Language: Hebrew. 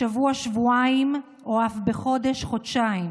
שבוע-שבועיים או אף בחודש-חודשיים,